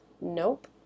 Nope